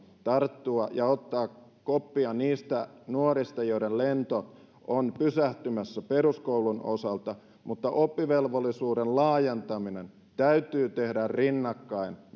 tarttua ja ottaa koppia niistä nuorista joiden lento on pysähtymässä peruskoulun osalta mutta oppivelvollisuuden laajentaminen täytyy tehdä rinnakkain